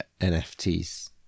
NFTs